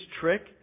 trick